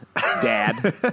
Dad